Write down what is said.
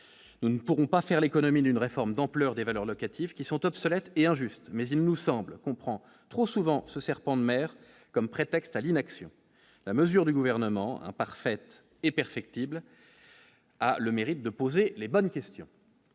nous ne pourrons pas faire l'économie d'une réforme d'ampleur des valeurs locatives qui sont obsolètes et injuste, mais il nous semble qu'on prend trop souvent ce serpent de mer comme prétexte à l'inaction, la mesure du gouvernement imparfaite est perfectible, a le mérite de poser les bonnes questions.